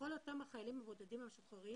לכל אותם החיילים הבודדים המשוחררים